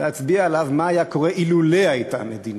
להצביע עליו מה היה קורה אילולא הייתה המדינה,